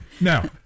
Now